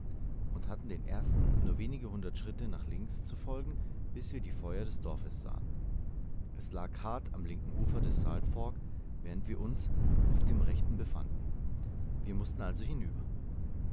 und hatten dem ersteren nur wenige hundert schritte nach links zu folgen bis wir die feuer des dorfes sahen es lag hart am linken ufer des salt fork während wir uns auf dem rechten befanden wir mußten also hinüber